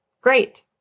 great